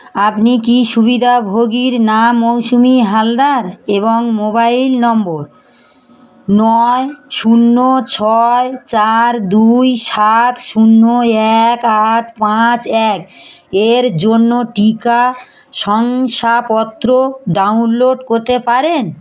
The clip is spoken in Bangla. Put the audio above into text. আপনি কি সুবিধাভোগীর নাম মৌসুমি হালদার এবং মোবাইল নম্বর নয় শূন্য ছয় চার দুই সাত শূন্য এক আট পাঁচ এক এর জন্য টিকা শংসাপত্র ডাউনলোড করতে পারেন